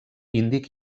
índic